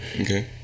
Okay